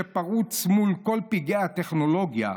שפרוץ מול כל פגעי הטכנולוגיה,